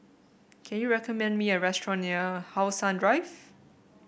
can you recommend me a restaurant near How Sun Drive